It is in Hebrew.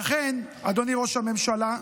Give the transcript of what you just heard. אכן, אדוני ראש הממשלה,